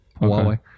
Huawei